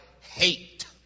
hate